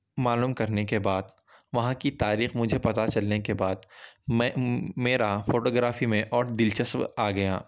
معلوم کرنے کے بعد وہاں کی تاریخ مجھے پتہ چلنے کے بعد میں میرا فوٹوگرافی میں اور دلچسپ آ گیا